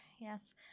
yes